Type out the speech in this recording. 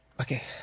Okay